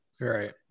Right